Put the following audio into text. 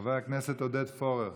חבר הכנסת עודד פורר.